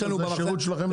בסדר, זה שירות שלכם לציבור.